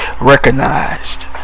recognized